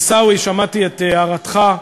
עיסאווי, שמעתי את הערתך.